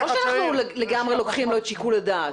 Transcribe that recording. שאנחנו לגמרי לוקחים לו את שיקול הדעת.